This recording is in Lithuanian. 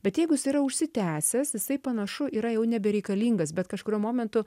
bet jeigu jis yra užsitęsęs jisai panašu yra jau nebereikalingas bet kažkuriuo momentu